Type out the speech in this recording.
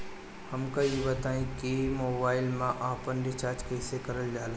हमका ई बताई कि मोबाईल में आपन रिचार्ज कईसे करल जाला?